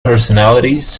personalities